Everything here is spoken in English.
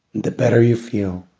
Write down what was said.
the better you feel,